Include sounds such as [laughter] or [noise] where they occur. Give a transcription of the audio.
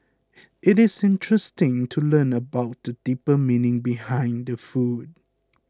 [noise] it is interesting to learn about the deeper meaning behind the food